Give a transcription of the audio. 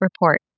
report